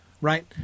right